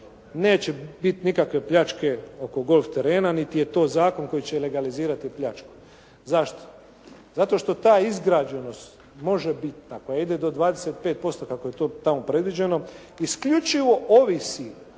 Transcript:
neće biti nikakve pljačke oko golf terena, niti je to zakon koji će legalizirati pljačku. Zašto? Zato što ta izgrađenost možebitna koja ide do 25%, kako je to tamo predviđeno isključivo ovisi